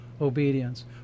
Obedience